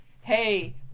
Hey